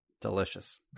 Delicious